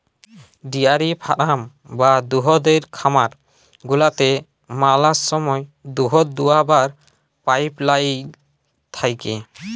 dairy farm বা দুহুদের খামার গুলাতে ম্যালা সময় দুহুদ দুয়াবার পাইপ লাইল থ্যাকে